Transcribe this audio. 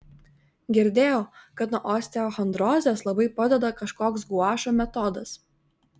girdėjau kad nuo osteochondrozės labai padeda kažkoks guašo metodas